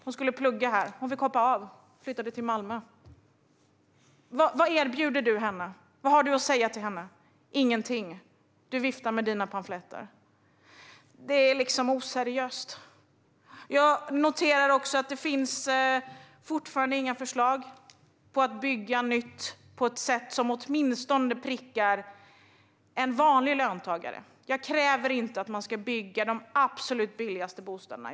Hon skulle plugga här, men hon fick hoppa av och flytta till Malmö. Vad erbjuder du henne? Vad har du att säga till henne? Ingenting. Du viftar med dina pamfletter. Det är oseriöst. Jag noterar också att det fortfarande inte finns några förslag om att bygga nytt på ett sätt som prickar åtminstone en vanlig löntagare. Jag kräver inte att man ska bygga de absolut billigaste bostäderna.